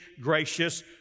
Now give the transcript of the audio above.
gracious